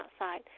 outside